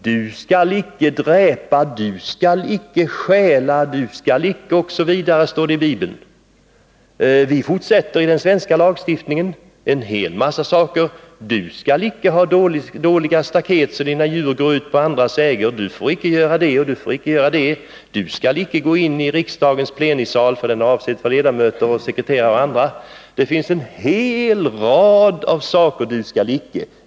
Du skall icke dräpa, du skall icke stjäla, du skall icke osv., står det i Bibeln, och vi fortsätter i den svenska lagstiftningen: Du skall icke ha dåliga staket så att dina djur går ut på andras ägor, du får inte göra det och du får inte göra det. Du skall icke gå in i riksdagens plenisal, för den är avsedd för ledamöter, sekreterare och andra. Det finns en hel rad du skall icke.